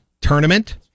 tournament